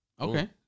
Okay